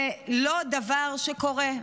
זה לא דבר שקורה.